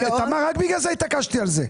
תמר, רק בגלל זה התעקשתי על זה.